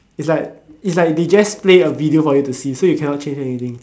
it's like it's like they just play a video for you to see so you cannot change anything